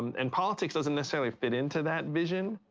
and politics doesn't necessarily fit into that vision.